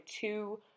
two